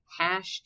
hashtag